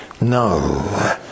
No